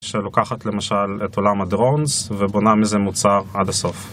שלוקחת למשל את עולם הדרונס ובונה מזה מוצר עד הסוף